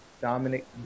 Dominic